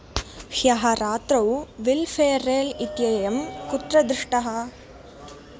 ह्यः रात्रौ Will Ferrell इत्येतं कुत्र दृष्टः